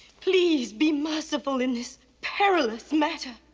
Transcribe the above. please, be merciful in this perilous matter.